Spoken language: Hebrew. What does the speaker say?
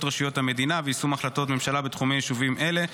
רשויות המדינה ויישום החלטות ממשלה בתחומי ישובים אלה,